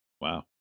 Wow